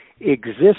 exist